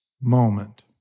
moment